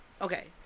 Okay